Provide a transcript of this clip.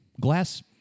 glass